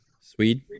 Swede